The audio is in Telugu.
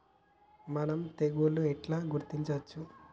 మనం తెగుళ్లను ఎట్లా గుర్తించచ్చు?